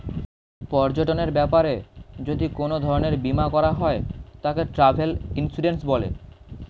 পর্যটনের ব্যাপারে যদি কোন ধরণের বীমা করা হয় তাকে ট্র্যাভেল ইন্সুরেন্স বলে